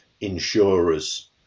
insurers